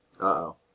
Uh-oh